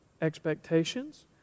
Expectations